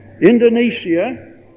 Indonesia